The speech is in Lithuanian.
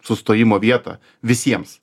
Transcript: sustojimo vietą visiems